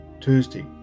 Tuesday